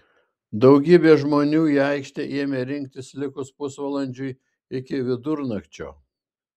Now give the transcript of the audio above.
daugybė žmonių į aikštę ėmė rinktis likus pusvalandžiui iki vidurnakčio